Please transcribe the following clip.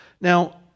Now